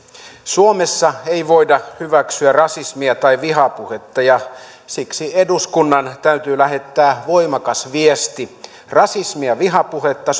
suomessa ei voida hyväksyä rasismia tai vihapuhetta ja siksi eduskunnan täytyy lähettää voimakas viesti rasismia vihapuhetta